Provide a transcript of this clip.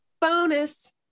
bonus